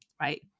right